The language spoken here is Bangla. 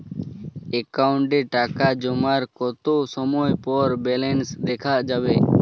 অ্যাকাউন্টে টাকা জমার কতো সময় পর ব্যালেন্স দেখা যাবে?